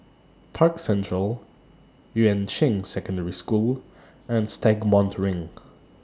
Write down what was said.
Park Central Yuan Ching Secondary School and Stagmont Ring